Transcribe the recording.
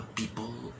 people